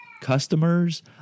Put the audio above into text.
customers